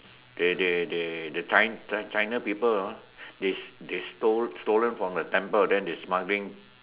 they they they they China China people you know they they stolen from the temple then smuggle it